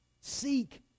seek